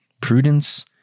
Prudence